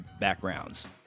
backgrounds